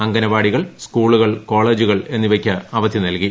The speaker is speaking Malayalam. അംഗനവാടികൾ സ്കൂളുകൾ കോളേജുകൾ എന്നിവയ്ക്ക് അവധി നൽകി